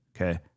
Okay